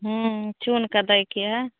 हुँ चुनिकऽ दैके हइ